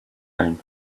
time